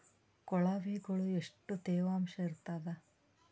ಕೊಳವಿಗೊಳ ಎಷ್ಟು ತೇವಾಂಶ ಇರ್ತಾದ?